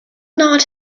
not